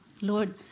Lord